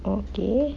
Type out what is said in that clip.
okay